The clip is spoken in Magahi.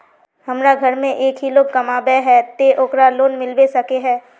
हमरा घर में एक ही लोग कमाबै है ते ओकरा लोन मिलबे सके है?